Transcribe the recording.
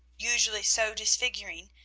usually so disfiguring,